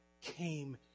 came